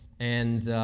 and